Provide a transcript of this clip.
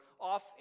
off